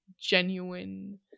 genuine